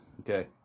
Okay